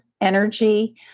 energy